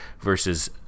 versus